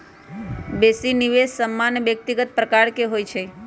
बेशी निवेश सामान्य व्यक्तिगत प्रकार के होइ छइ